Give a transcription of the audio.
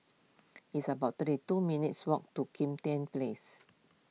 it's about thirty two minutes' walk to Kim Tian Place